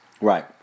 Right